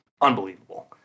unbelievable